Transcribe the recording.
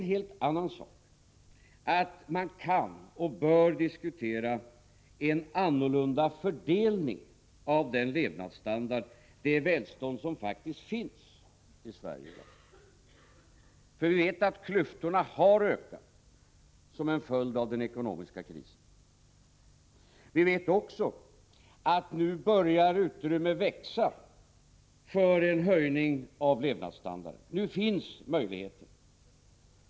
En helt annan sak är att man kan och bör diskutera en annorlunda fördelning av den levnadsstandard, det välstånd som faktiskt finns i Sverige i dag. Vi vet att klyftorna har ökat som en följd av den ekonomiska krisen. Vi vet också att utrymmet nu börjar växa för en höjning av levnadsstandarden. Nu finns möjligheten.